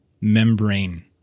membrane